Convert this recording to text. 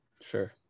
Sure